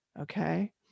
okay